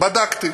בדקתי